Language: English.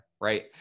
right